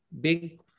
big